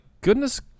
goodness